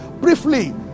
briefly